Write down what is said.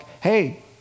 hey